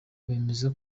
bemeza